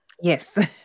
yes